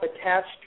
attached